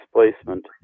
displacement